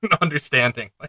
understanding